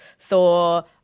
Thor